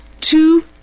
two